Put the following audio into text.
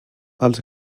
els